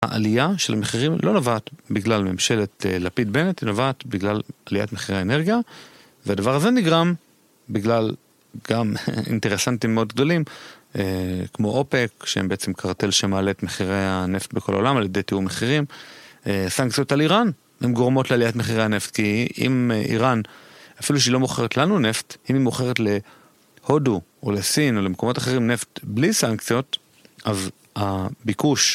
העלייה של המחירים לא נובעת בגלל ממשלת לפיד בנט, היא נובעת בגלל עליית מחירי האנרגיה והדבר הזה נגרם בגלל גם אינטרסנטים מאוד גדולים כמו אופק שהם בעצם קרטל שמעלה את מחירי הנפט בכל העולם על ידי תיאור מחירים. סנקציות על איראן הם גורמות לעליית מחירי הנפט כי אם איראן אפילו שהיא לא מוכרת לנו נפט, אם היא מוכרת להודו או לסין או למקומות אחרים נפט בלי סנקציות, הביקוש